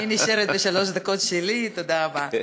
אני נשארת בשלוש הדקות שלי, תודה רבה,